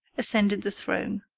ascended the throne.